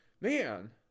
Man